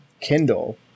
Kindle